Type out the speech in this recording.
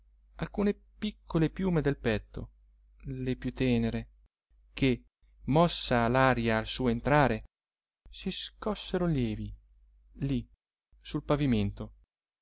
alcune piccole piume del petto le più tenere che mossa l'aria al suo entrare si scossero lievi lì sul pavimento